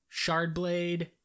Shardblade